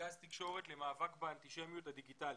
תקשורת למאבק באנטישמיות הדיגיטלית.